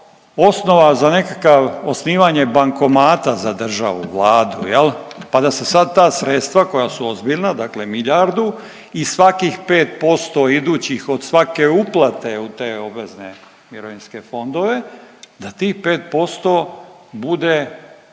osnova za nekakav osnivanje bankomata za državu, Vladu jel, pa da se sad ta sredstva koja su ozbiljna dakle milijardu i svakih 5% idućih od svake uplate u te obvezne mirovinske fondove da tih 5% bude nekakva